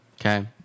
Okay